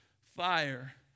fire